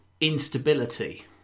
instability